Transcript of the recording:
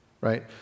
Right